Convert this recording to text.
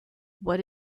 what